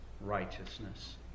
righteousness